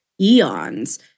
eons